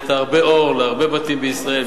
הבאת הרבה אור להרבה בתים בישראל,